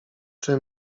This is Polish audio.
czy